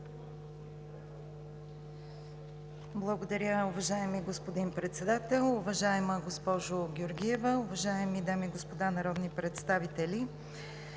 Благодаря, уважаеми господин Председател. Уважаема госпожо Георгиева, уважаеми дами и господа народни представители!